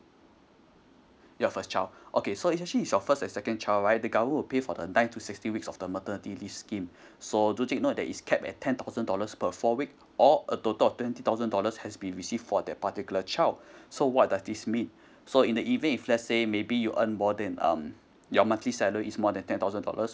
your first child okay so is actually is your first a second child right the government will pay for the nine to sixteen weeks of the maternity leave scheme so do take note that is capped at ten thousand dollars per four week or a total of twenty thousand dollars has be received for that particular child so what does this mean so in the event if lets say maybe you earn more than um your monthly salary is more than ten thousand dollars